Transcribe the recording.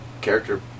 character